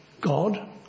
God